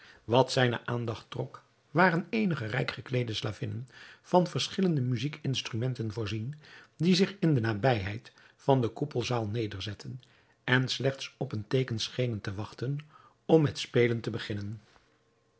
wat zijne aandacht trok waren eenige rijk gekleede slavinnen van verschillende muzijkinstrumenten voorzien die zich in de nabijheid van de koepelzaal nederzetten en slechts op een teeken schenen te wachten om met spelen te beginnen